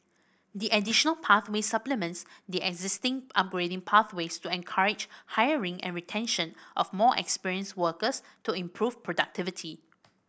the additional pathway supplements the existing upgrading pathways to encourage hiring and retention of more experienced workers to improve productivity